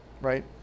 right